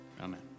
Amen